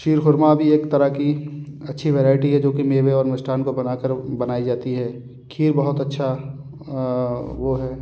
शिर खोरमा भी एक तरह की अच्छी वेराइटी है जो कि मेवे और मिष्ठान को बना कर बनाई जाती है खीर बहुत अच्छा वो है